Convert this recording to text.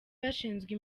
bashinzwe